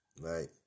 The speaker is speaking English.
right